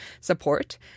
support